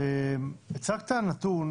הצגת נתון